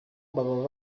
baba